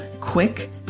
quick